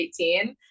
18